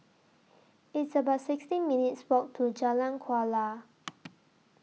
It's about sixteen minutes' Walk to Jalan Kuala